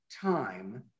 time